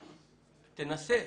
תנסה,